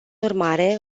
urmare